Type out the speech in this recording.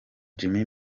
jimmy